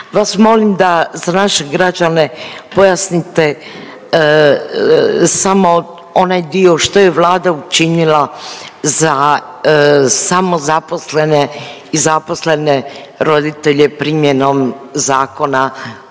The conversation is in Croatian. vas molim da za naše građane pojasnite samo onaj dio što je Vlada učinila za samozaposlene i zaposlene roditelje primjenom Zakona